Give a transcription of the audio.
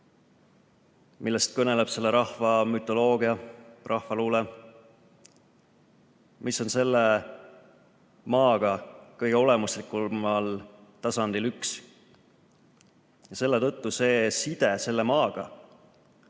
millest kõneleb selle rahva mütoloogia, rahvaluule, mis on selle maaga kõige olemuslikumal tasandil üks. Ja selle tõttu see side selle maaga